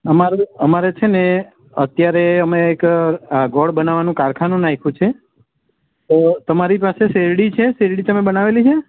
અમારે અમારે છેને અત્યારે અમે એક આ ગોળ બનવાનું કારખાનું નાખ્યું છે તો તમારી પાસે શેરડી છે શેરડી તમે બનાવેલી છે